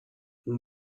اون